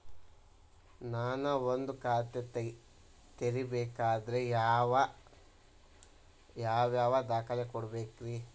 ನಾನ ಒಂದ್ ಖಾತೆ ತೆರಿಬೇಕಾದ್ರೆ ಯಾವ್ಯಾವ ದಾಖಲೆ ಕೊಡ್ಬೇಕ್ರಿ?